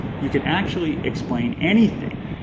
you can actually explain anything.